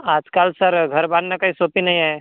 आजकाल सर घर बांधणं काही सोप्पी नाही आहे